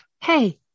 Hey